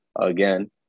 again